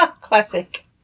Classic